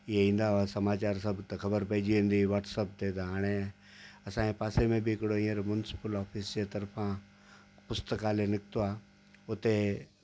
इहे ईंदा हुआ समाचारु सभु त ख़बर पेईजी वेंदी हुई वॉट्सप ते त हाणे असांजे पासे में बि हिकिड़ो हींअर मुनिसिपल ऑफ़िस जे तर्फ़ां पुस्तकालय निकितो आहे हुते